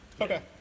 Okay